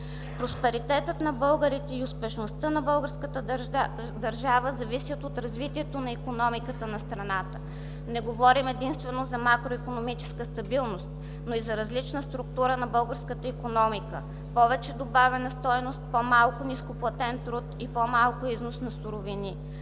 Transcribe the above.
Просперитетът на българите и успешността на българската държава зависят от развитието на икономиката на страната. Не говорим единствено за макроикономическа стабилност, но и за различна структура на българската икономика – повече добавена стойност, по-малко ниско платен труд и по-малко износ на суровини.